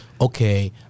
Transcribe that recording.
okay